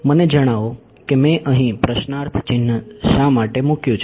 મને જણાવો કે મેં અહીં પ્રશ્નાર્થ ચિહ્ન શા માટે મૂક્યું છે